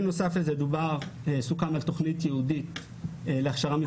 בנוסף לזה סוכם על תוכנית ייעודית להכשרה מקצועית.